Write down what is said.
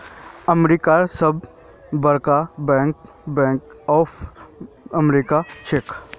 अमेरिकार सबस बरका बैंक बैंक ऑफ अमेरिका छिके